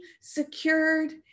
secured